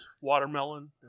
watermelon